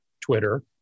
Twitter